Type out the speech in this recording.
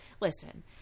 Listen